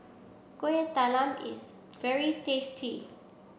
Kuih Talam is very tasty